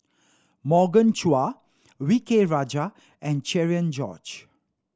Morgan Chua V K Rajah and Cherian George